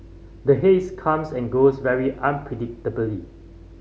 the haze comes and goes very unpredictably